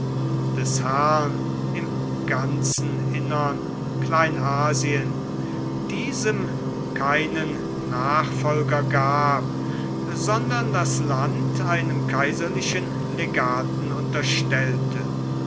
des herrn im ganzen innern kleinasien diesem keinen nachfolger gab sondern das land einem kaiserlichen legaten unterstellte